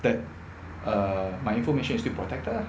that uh my information is still protected ah